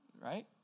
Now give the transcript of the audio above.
right